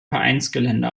vereinsgelände